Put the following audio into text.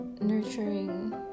nurturing